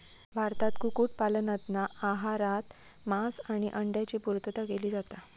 भारतात कुक्कुट पालनातना आहारात मांस आणि अंड्यांची पुर्तता केली जाता